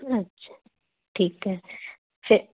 ਅੱਛਾ ਠੀਕ ਹੈ ਫਿਰ